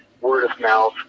word-of-mouth